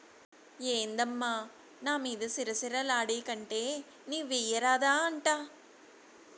ఏందమ్మా నా మీద సిర సిర లాడేకంటే నీవెయ్యరాదా అంట